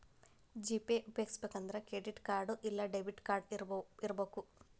GPay ಉಪ್ಯೊಗಸ್ಬೆಕಂದ್ರ credit card ಇಲ್ಲಾ debit card ಇರಬಕು